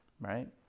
right